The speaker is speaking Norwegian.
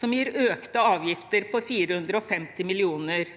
som gir økte avgifter på 450 mill. kr.